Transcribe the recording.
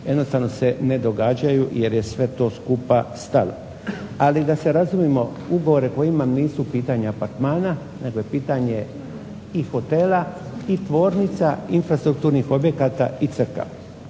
Jednostavno se ne događaju jer je sve to skupa stalo. Ali da se razumimo, ugovore koje imam nisu pitanje apartmana nego je pitanje i hotela i tvornica, infrastrukturnih objekata i crkava